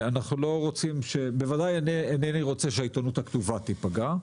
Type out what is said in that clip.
בוודאי שאינני רוצה שהעיתונות הכתובה תיפגע.